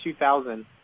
2000